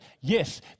Yes